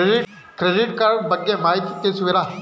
Credit card ಬಗ್ಗೆ ಮಾಹಿತಿ ತಿಳಿಸುವಿರಾ?